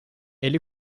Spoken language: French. elle